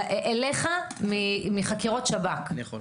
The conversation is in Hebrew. אליך מחקירות שב"כ.